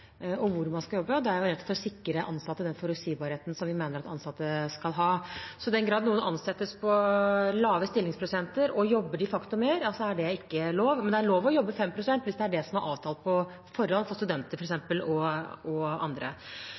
og hvor man skal jobbe. Det er for å sikre ansatte den forutsigbarheten som vi mener at ansatte skal ha. Så i den grad noen ansettes på lave stillingsprosenter og jobber de facto mer, er det ikke lov. Men det er lov å jobbe 5 pst. hvis det er det som er avtalt på forhånd, f.eks. for studenter og andre.